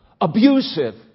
abusive